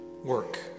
work